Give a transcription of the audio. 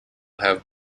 have